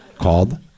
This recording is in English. called